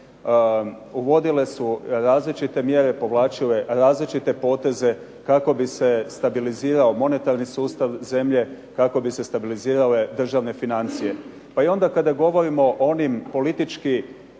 uvodile su različite mjere, povlačile različite poteze kako bi se stabilizirao monetarni sustav zemlje, kako bi se stabilizirale državne financije. Pa i onda kada govorimo o onim politički